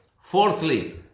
Fourthly